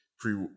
pre